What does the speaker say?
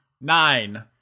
Nine